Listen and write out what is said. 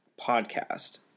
podcast